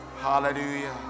hallelujah